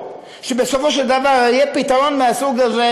שבסופו של דבר יהיה פתרון מהסוג הזה,